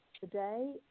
today